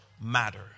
matter